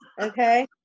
Okay